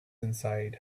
inside